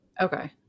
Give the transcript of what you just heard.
Okay